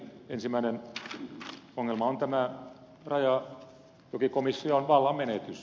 ensimmäinen ongelma on tämä rajajokikomission vallan menetys